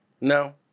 No